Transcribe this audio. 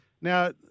now